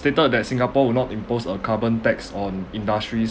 stated that singapore will not impose a carbon tax on industries